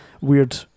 weird